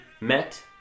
met